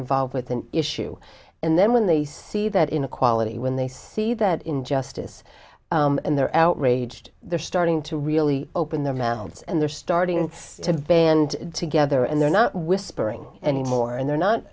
involved with an issue and then when they see that inequality when they see that injustice and they're out aged they're starting to really open their mouths and they're starting to band together and they're not whispering anymore and they're not